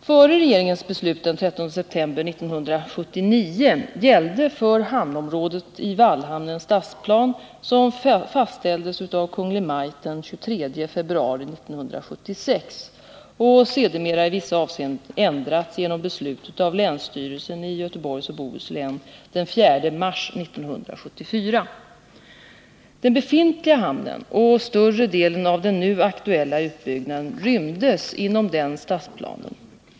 Före regeringens beslut den 13 september 1979 gällde för hamnområdet i Vallhamn en stadsplan, som fastställts av Kungl. Maj:t den 23 februari 1966 och sedermera i vissa avseenden ändrats genom beslut av länsstyrelsen i Göteborgs och Bohus län den 4 mars 1974. Den befintliga hamnen och större delen av den nu aktuella utbyggnaden rymdes inom den stadsplanen.